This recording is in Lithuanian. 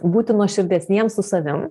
būti nuoširdesniems su savim